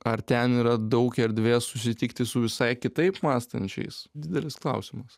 ar ten yra daug erdvės susitikti su visai kitaip mąstančiais didelis klausimas